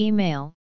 Email